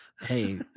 Hey